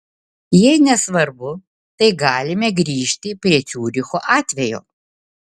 jei nesvarbu tai galime grįžti prie ciuricho atvejo